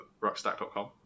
Ruckstack.com